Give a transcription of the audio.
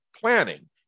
planning